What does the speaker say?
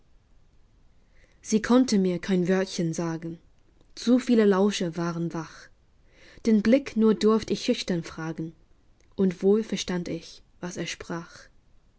sie konnte mir kein wörtchen sagen zu viele lauscher waren wach den blick nur durft ich schüchtern fragen und wohl verstand ich was er sprach